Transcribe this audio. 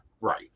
Right